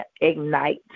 Ignite